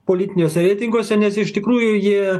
politiniuose reitinguose nes iš tikrųjų ji